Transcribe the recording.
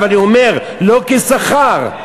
ואני אומר: לא כשכר.